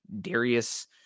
Darius